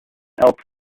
elks